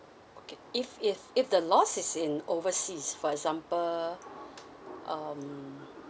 if if the lost is in overseas for example um um